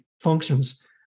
functions